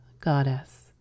goddess